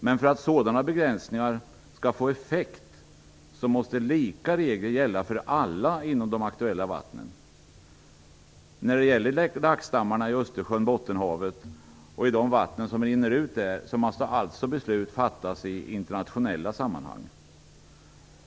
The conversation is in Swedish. Men för att sådana begränsningar skall få effekt måste lika regler gälla för alla inom de aktuella vattnen. När det gäller laxstammarna i Östersjön och Bottenhavet och i de vatten som rinner ut där måste alltså beslut fattas i internationella sammanhang.